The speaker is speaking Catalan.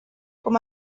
com